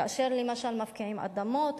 כאשר למשל מפקיעים אדמות,